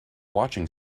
watching